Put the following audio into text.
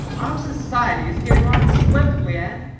our society is getting on splendidly, anne.